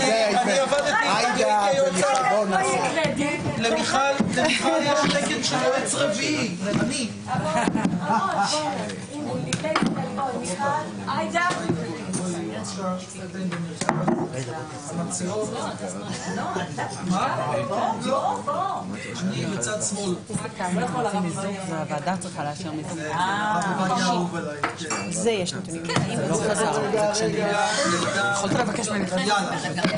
12:58.